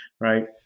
right